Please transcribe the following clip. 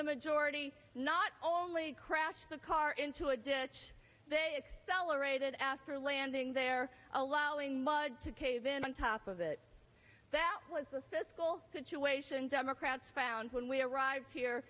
the majority not only crash the car into a ditch they expel aerated after landing there allowing mud to cave in on top of it that was the fiscal situation democrats found when we arrived here